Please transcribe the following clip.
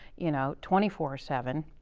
you know, twenty four seven.